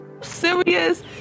serious